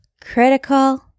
critical